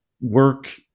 work